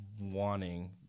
wanting